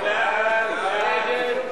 ההסתייגות של שר האוצר לאחרי סעיף 5